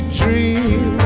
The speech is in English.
dream